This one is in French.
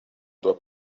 dois